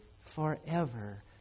forever